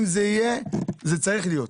אם זה יהיה זה צריך להיות,